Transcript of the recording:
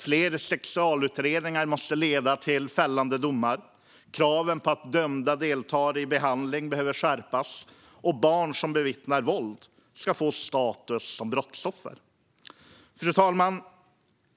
Fler sexualbrottsutredningar måste leda till fällande domar. Kraven på dömda att delta i behandling måste skärpas. Och barn som bevittnar våld ska få status som brottsoffer. Fru talman!